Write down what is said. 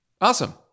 Awesome